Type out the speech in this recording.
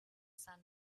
sun